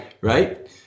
Right